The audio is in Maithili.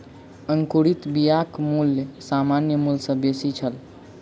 अंकुरित बियाक मूल्य सामान्य मूल्य सॅ बेसी छल